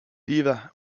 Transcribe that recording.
deva